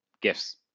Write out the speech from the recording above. gifts